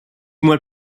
mois